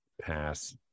pass